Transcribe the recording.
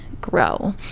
grow